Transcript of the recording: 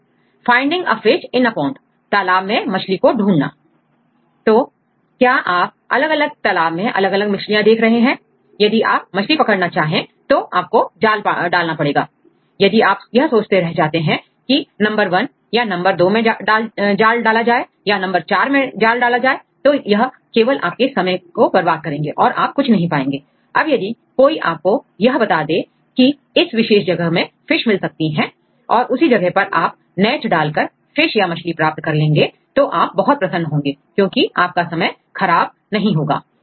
उदाहरण तालाब में मछली को ढूंढना यदि आप यहां एक तालाब देखें तो क्या आप अलग अलग तलाब में अलग अलग मछलियां देख रहे हैं यदि आप मछली पकड़ना चाहे तो आपको जाल डालना पड़ेगा A यदि आप यह सोचते रह जाते हैं की नंबर 1 या नंबर दो मैं जाल डाला जाए या नंबर 4 में डाला जाए तो आप केवल अपना समय बर्बाद करेंगे और कुछ नहीं पाएंगे अब यदि कोई आपको यह बता दे की इस विशेष जगह से फिश मिल सकती है और उसी जगह पर आप नेट डालकर फिश या मछली प्राप्त कर लेंगे तो आप बहुत प्रसन्न होंगे क्योंकि आपका समय खराब नहीं होगा